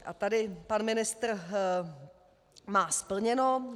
A tady pan ministr má splněno.